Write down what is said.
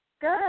good